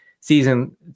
season